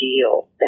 deal